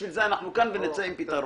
בשביל זה אנחנו כאן, ונצא עם פתרון.